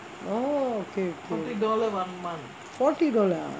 oh okay okay forty dollar [one] ah